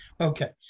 okay